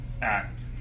Act